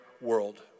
world